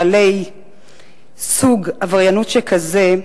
בעלי סוג עבריינות שכזה,